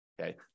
Okay